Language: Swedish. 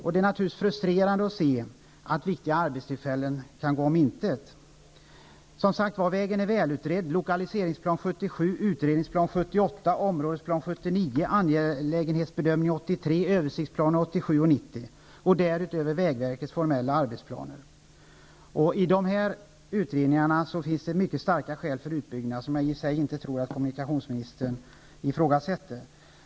Det är frustrerande att se att viktiga arbetstillfällen kan gå om intet. Vägen är som sagt välutredd. Om detta talar dokument som Lokaliseringsplan 77, 87 och Översiktsplan 90. Därutöver finns vägverkets formella arbetsplaner. I dessa utredningar anförs mycket starka skäl för utbyggnad, som jag inte tror att kommunikationsministern ifrågasätter.